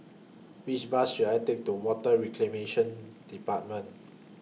Which Bus should I Take to Water Reclamation department